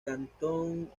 cantón